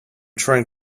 trying